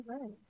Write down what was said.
Right